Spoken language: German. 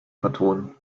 vertonen